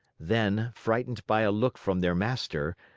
then, frightened by a look from their master,